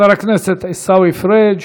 חבר הכנסת עיסאווי פריג',